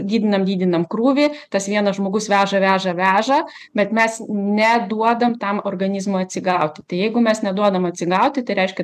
didinam didinam krūvį tas vienas žmogus veža veža veža bet mes neduodam tam organizmui atsigauti tai jeigu mes neduodam atsigauti tai reiškia